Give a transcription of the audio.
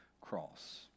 cross